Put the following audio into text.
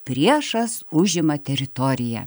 priešas užima teritoriją